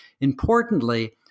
Importantly